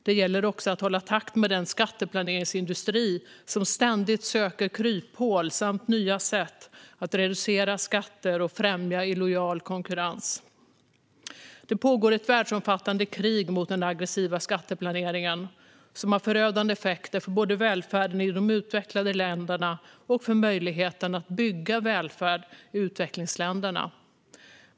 Det gäller också att hålla jämna steg med den skatteplaneringsindustri som ständigt söker kryphål och nya sätt att reducera skatter och främja illojal konkurrens. Det pågår ett världsomfattande krig mot den aggressiva skatteplaneringen, som har förödande effekter både för välfärden i de utvecklade länderna och för möjligheten att bygga välfärd i utvecklingsländerna.